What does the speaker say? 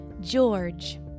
George